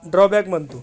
drawback म्हणतो